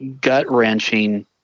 gut-wrenching